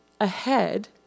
ahead